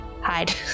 hide